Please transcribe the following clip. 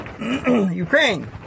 Ukraine